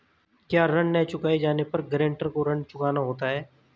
क्या ऋण न चुकाए जाने पर गरेंटर को ऋण चुकाना होता है?